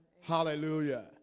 Hallelujah